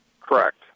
Correct